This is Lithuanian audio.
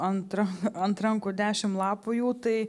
antra ant rankų dešim lapų jau tai